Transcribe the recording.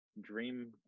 dream